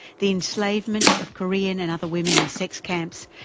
the enslavement of korean and other women in sex camps,